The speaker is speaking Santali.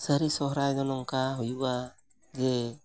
ᱥᱟᱹᱨᱤ ᱥᱚᱦᱨᱟᱭ ᱫᱚ ᱱᱚᱝᱠᱟ ᱦᱩᱭᱩᱜᱼᱟ ᱡᱮ